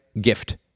gift